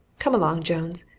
come along, jones,